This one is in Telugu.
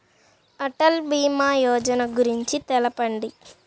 అటల్ భీమా యోజన గురించి తెలుపండి?